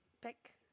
Pick